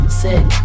sick